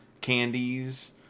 Candies